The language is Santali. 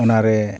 ᱚᱱᱟᱨᱮ